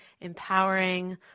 empowering